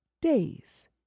days